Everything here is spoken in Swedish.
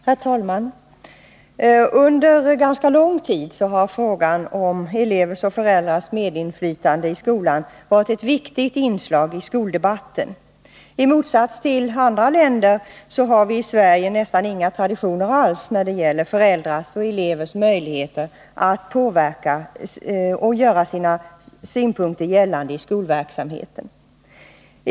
Herr talman! Under ganska lång tid har frågan om elevers och föräldrars medinflytande i skolan varit ett viktigt inslag i skoldebatten. I motsats till andra länder har vi i Sverige nästan inga traditioner alls när det gäller föräldrars och elevers möjligheter att påverka och göra sina synpunkter gällande i skolverksamheten.